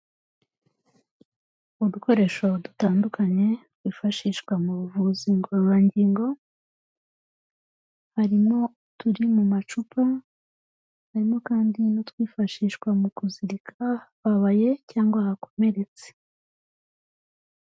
Udukoresho dutandukanye twifashishwa mu buvuzi ngororangingo, harimo uturi mu macupa, harimo kandi n'utwifashishwa mu kuzirika ahababaye cyangwa hakomeretse.